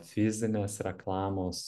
fizinės reklamos